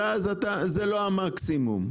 ואז זה לא המקסימום.